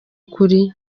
kuri